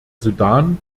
sudan